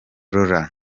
lauren